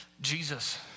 Jesus